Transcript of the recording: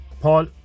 Paul